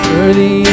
Worthy